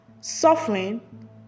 suffering